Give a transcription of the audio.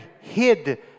hid